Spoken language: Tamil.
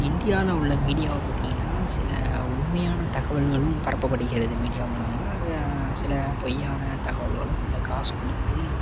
இண்டியாவில உள்ள மீடியாவை பார்த்திங்கனா சில உண்மையான தகவல்களும் பரப்பப்படுகிறது மீடியா மூலமாக சில பொய்யான தகவல்களும் இந்த காசு கொடுத்து